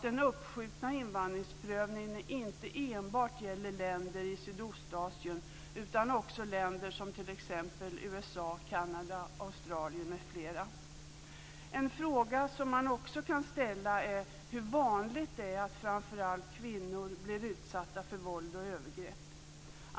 Den uppskjutna invandringsprövningen gäller inte enbart länder i Sydostasien, utan också länder som t.ex. USA, Kanada, En fråga som man också kan ställa är hur vanligt det är att framför allt kvinnor blir utsatta för våld och övergrepp.